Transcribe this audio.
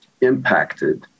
impacted